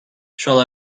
shall